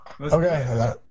Okay